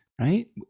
right